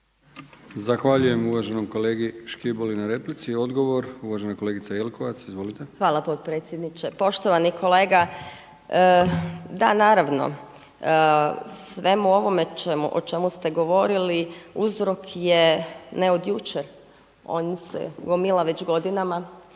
Zahvaljujem uvaženom kolegi Škiboli na replici. Odgovor uvažena kolegica Jelkovac. Izvolite. **Jelkovac, Marija (HDZ)** Hvala potpredsjedniče. Poštovani kolega, da naravno, o svemu ovome o čemu ste govorili uzrok je ne od jučer. On se gomila već godinama.